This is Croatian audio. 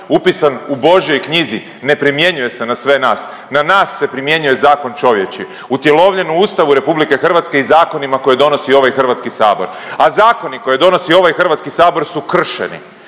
upisan u božjoj knjizi ne primjenjuje se na sve nas. Na nas se primjenjuje zakon čovječji utjelovljen u Ustavu RH i zakonima koje donosi ovaj Hrvatski sabor. A zakoni koje donosi ovaj Hrvatski sabor su kršeni.